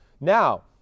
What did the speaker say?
Now